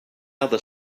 other